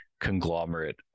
conglomerate